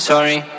Sorry